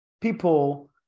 people